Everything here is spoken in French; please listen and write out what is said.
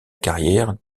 carrière